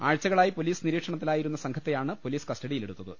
ആഴ്ചകളായി പൊലീസ് നിരീക്ഷണ ത്തിലായിരുന്ന സംഘത്തെയാണ് പൊലീസ് കസ്റ്റഡിയിലെടുത്ത ത്